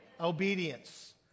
Obedience